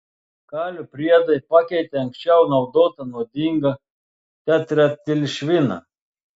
kalio priedai pakeitė anksčiau naudotą nuodingą tetraetilšviną